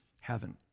heaven